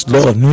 Lord